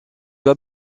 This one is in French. loi